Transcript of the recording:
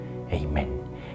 Amen